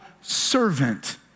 servant